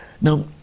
now